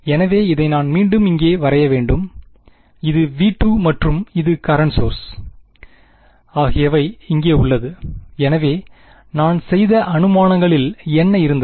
எனவே இதை நான் மீண்டும் இங்கே வரைய வேண்டும் இது V2 மற்றும் இது கரெண்ட் சோர்ஸ் ஆகியவை இங்கே உள்ளதுஎனவே நான் செய்த அனுமானங்களில் என்ன இருந்தது